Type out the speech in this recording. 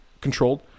controlled